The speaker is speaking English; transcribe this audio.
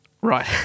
Right